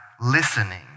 listening